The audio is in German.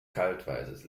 kaltweißes